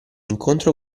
incontro